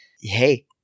hey